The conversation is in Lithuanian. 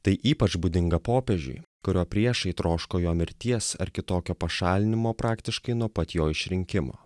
tai ypač būdinga popiežiui kurio priešai troško jo mirties ar kitokio pašalinimo praktiškai nuo pat jo išrinkimo